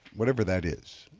whatever that is.